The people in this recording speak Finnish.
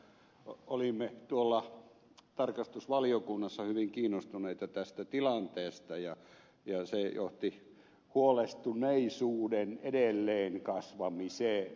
olimme tarkastusvaliokunnassa hyvin kiinnostuneita tästä tilanteesta ja se johti huolestuneisuuden edelleen kasvamiseen